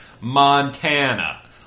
Montana